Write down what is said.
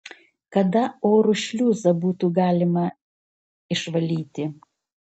kada oro šliuzą būtų galima išvalyti